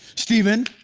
stephen,